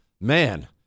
man